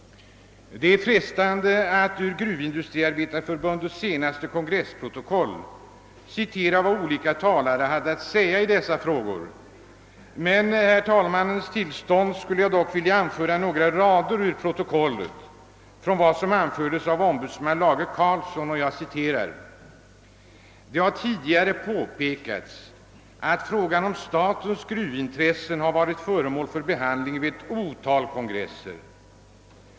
Det är frestande att ur protokollet från Gruvindustriarbetareförbundets senaste kongress citera vad olika talare hade att säga i dessa frågor. Jag skall nöja mig med att med herr talmannens tillstånd citera några rader ur protokollet, nämligen en del av det som anfördes av ombudsman Lage Karlsson: »Det har tidigare påpekats att frågan om statens gruvintressen har varit föremål för behandling vid ett otal kongresser.